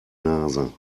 nase